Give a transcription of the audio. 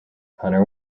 hunter